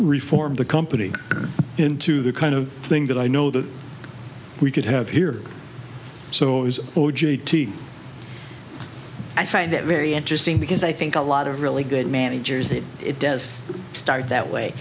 reformed the company into the kind of thing that i know that we could have here so as o j t i find that very interesting because i think a lot of really good managers say it does start that way